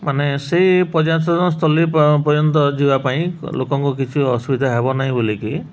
ମାନେ ସେଇ ପର୍ଯ୍ୟଟନ ସ୍ଥଳୀ ପର୍ଯ୍ୟନ୍ତ ଯିବା ପାଇଁ ଲୋକଙ୍କୁ କିଛି ଅସୁବିଧା ହେବ ନାହିଁ ବୋଲିକି